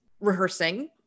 rehearsing